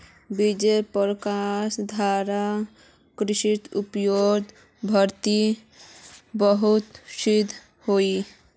बिजेर प्रसंस्करनेर द्वारा कृषि उत्पादेर बढ़ोतरीत बहुत शोध होइए